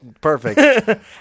perfect